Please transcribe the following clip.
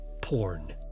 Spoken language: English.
porn